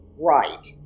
right